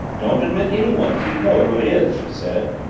don't admit anyone till you know who it is, she said.